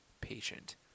patient